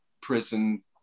prison